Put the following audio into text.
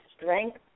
strength